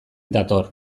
dator